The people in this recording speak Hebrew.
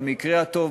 במקרה הטוב,